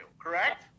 correct